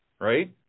right